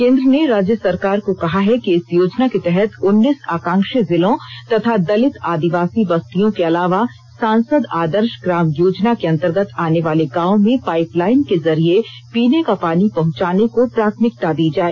केंद्र ने राज्य सरकार को कहा है कि इस योजना के तहत उन्नीस आकांक्षी जिलों तथा दलित आदिवासी बस्तियों के अलावा सांसद आदर्श ग्राम योजना के अंतर्गत आनेवाले गांवों में पाइपलाइन के जरिए पीने का पानी पहुंचाने को प्राथमिकता दी जाए